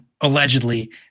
allegedly